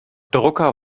drucker